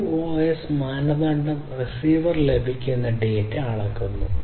QoS മാനദണ്ഡം receiver അവസാനം ലഭിക്കുന്ന ഡാറ്റ അളക്കുന്നു